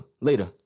later